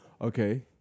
Okay